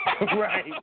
Right